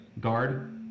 guard